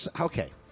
Okay